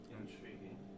intriguing